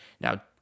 Now